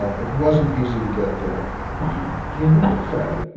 it wasn't easy to get there wow here's the backstory!